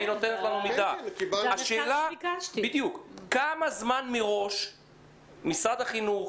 השאלה האם אתה יודע כמה זמן מראש משרד החינוך,